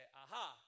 aha